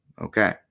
Okay